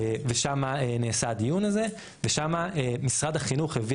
ושמה נעשה הדיון הזה ושמה משרד החינוך הביא